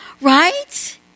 right